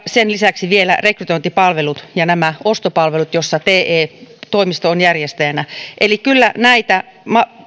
sen lisäksi on vielä rekrytointipalvelut ja nämä ostopalvelut joissa te toimisto on järjestäjänä eli kyllä näitä